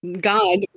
God